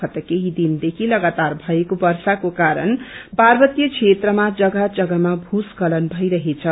गत केशी दिनदेखि सगतार षएको वर्षाको कारण पार्वतीय क्षेत्रमा जन्गा जन्गामा भूस्खलन भइरहेछ